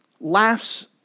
laughs